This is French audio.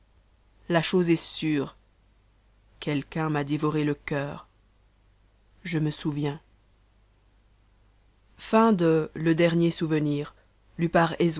la chose est sure qmeiqm'an m'a dévoré le coeur je me souviens la dernière